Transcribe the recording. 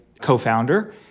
Co-founder